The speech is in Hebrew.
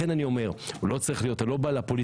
אז לכן אני אומר שאתה לא בא לפוליטיקה